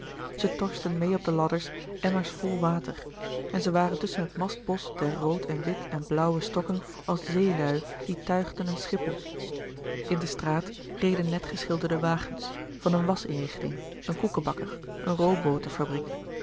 zij torsten meê op de ladders emmers vol water en zij waren tusschen het mastbosch der rood en wit en blauwe stokken als zeelui die tuigden een schip op in de straat reden net geschilderde wagens van een waschinrichting een koekebakker een